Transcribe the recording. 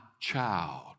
child